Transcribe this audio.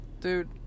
dude